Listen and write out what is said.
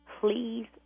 Please